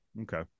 Okay